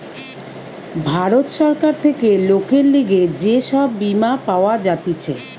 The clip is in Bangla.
ভারত সরকার থেকে লোকের লিগে যে সব বীমা পাওয়া যাতিছে